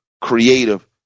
creative